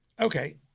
Okay